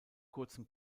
kurzem